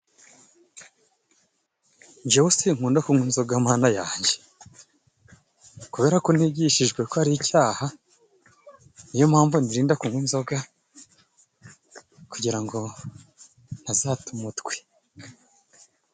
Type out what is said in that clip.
Njyewe sinkunda kunywa inzoga mana yanjye ! Kubera ko nigishijwe ko ari icyaha, niyo mpamvu nirinda kunywa inzoga, kugira ngo ntazata umutwe.